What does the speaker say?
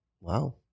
Wow